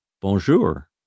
Bonjour